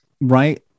right